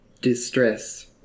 distress